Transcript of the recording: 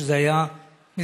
שזה היה מזעזע,